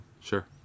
Sure